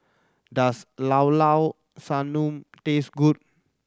does Llao Llao Sanum taste good